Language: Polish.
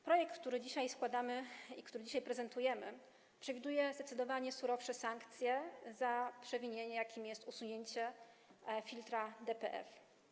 Projekt, który złożyliśmy i który dzisiaj prezentujemy, przewiduje zdecydowanie surowsze sankcje za przewinienie, jakim jest usunięcie filtra DPF.